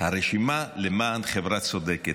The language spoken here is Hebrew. "הרשימה למען חברה צודקת"?